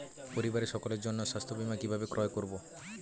পরিবারের সকলের জন্য স্বাস্থ্য বীমা কিভাবে ক্রয় করব?